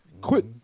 Quit